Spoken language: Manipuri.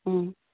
ꯎꯝ